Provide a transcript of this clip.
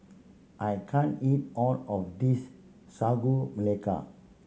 I can't eat all of this Sagu Melaka